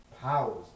powers